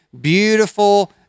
beautiful